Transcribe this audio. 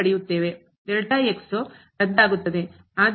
ರದ್ದಾಗುತ್ತದೆ ಆದ್ದರಿಂದ ಮೌಲ್ಯವು 0 ಆಗಿರುತ್ತದೆ